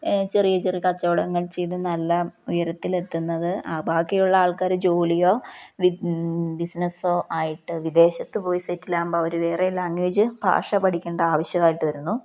ചെറിയ ചെറിയ കച്ചവടങ്ങൾ ചെയ്ത് നല്ല ഉയരത്തിലെത്തുന്നത് ആ ബാക്കിയുള്ള ആൾക്കാർ ജോലിയോ ബിസിനസ്സോ ആയിട്ട് വിദേശത്ത് പോയി സെറ്റിലാകുമ്പോൾ അവർ വേറെ ലാംഗ്വേജ് ഭാഷ പഠിക്കേണ്ട ആവശ്യമായിട്ട് വരുന്നു